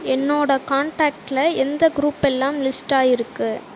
என்னோடய கான்டாக்டில் எந்த குரூப்பெல்லாம் லிஸ்ட் ஆகிருக்கு